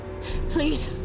Please